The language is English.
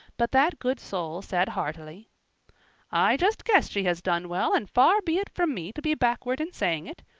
but that good soul said heartily i just guess she has done well, and far be it from me to be backward in saying it.